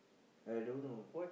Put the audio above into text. I don't know